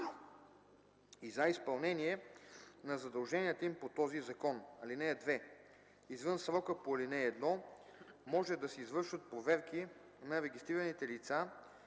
и за изпълнение на задълженията им по този закон. (2) Извън срока по ал. 1 може да се извършват проверки на регистрираните лица